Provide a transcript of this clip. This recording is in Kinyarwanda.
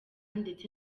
ndetse